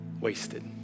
wasted